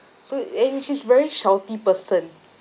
so and she's very shouty person